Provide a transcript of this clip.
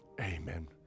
Amen